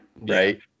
right